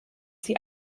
sie